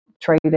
trading